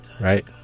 right